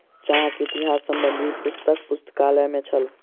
चाहक इतिहास संबंधी पुस्तक पुस्तकालय में छल